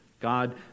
God